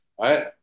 right